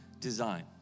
design